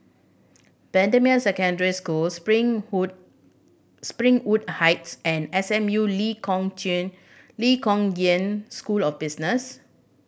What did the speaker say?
Bendemeer Secondary School Spring hood Springwood Heights and S M U Lee Kong Chian Lee Kong Yan School of Business